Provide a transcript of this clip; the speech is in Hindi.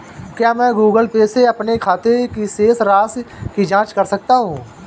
क्या मैं गूगल पे से अपने खाते की शेष राशि की जाँच कर सकता हूँ?